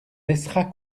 laissera